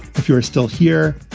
if you're still here,